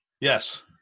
Yes